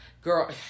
Girl